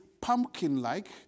pumpkin-like